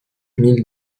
mille